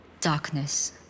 Darkness